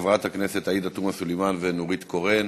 חברות הכנסת עאידה תומא סלימאן ונורית קורן,